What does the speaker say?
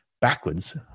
backwards